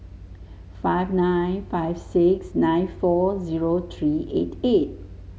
five nine five six nine four zero three eight eight